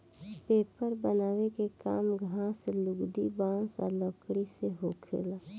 paper बनावे के काम घास, लुगदी, बांस आ लकड़ी से होखेला